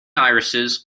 irises